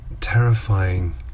terrifying